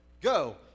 Go